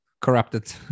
corrupted